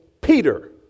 Peter